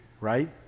right